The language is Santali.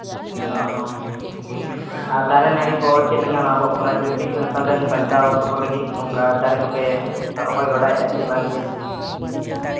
ᱚ ᱦᱚ ᱟᱨ ᱫᱟᱨᱮ ᱱᱟᱹᱲᱤ ᱠᱚ ᱪᱮᱫᱞᱮᱠᱟᱱᱟ ᱟᱵᱚᱣᱟᱜ ᱯᱨᱟᱠᱨᱤᱛᱤᱠ ᱥᱚᱝᱥᱚᱫᱚᱱ ᱵᱟᱧᱪᱟᱣ ᱫᱚᱦᱚ ᱱᱚᱝᱠᱟ ᱫᱟᱨᱮ ᱠᱚᱯᱮ ᱨᱚᱦᱚᱭ ᱵᱟᱲᱟᱭᱮᱜᱼᱟ ᱪᱮ ᱵᱟᱝ ᱜᱮ